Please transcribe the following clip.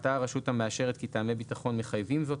ראתה הרשות המאשרת כי טעמי ביטחון מחייבים זאת,